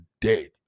Dead